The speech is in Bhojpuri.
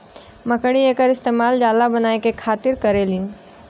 मकड़ी एकर इस्तेमाल जाला बनाए के खातिर करेलीन